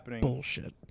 bullshit